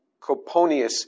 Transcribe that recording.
Coponius